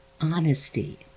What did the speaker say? honesty